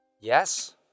Yes